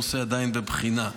הנושא עדיין בבחינה.